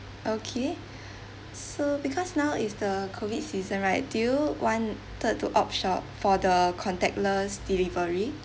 okay so because now is the COVID season right do you wanted to opt for the contactless delivery